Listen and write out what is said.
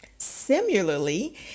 Similarly